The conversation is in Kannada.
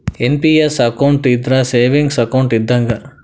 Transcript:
ಎನ್.ಪಿ.ಎಸ್ ಅಕೌಂಟ್ ಇದ್ರ ಸೇವಿಂಗ್ಸ್ ಅಕೌಂಟ್ ಇದ್ದಂಗ